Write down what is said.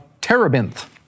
Terebinth